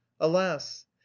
alas